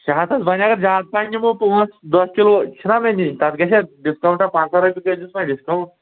شےٚ ہَتھ حظ وَنہِ اگر زیٛادٕ پہن نِمو پانٛژھ دَہ کِلوٗ چھِنا مےٚ نِنۍ تَتھ گژھیٛا ڈِسکاونٹہ پنٛژاہ رۄپیہِ کٔرۍزیوس وۄنۍ ڈِسکاونٹ